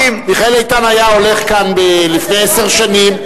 מיכאל איתן היה הולך כאן לפני עשר שנים,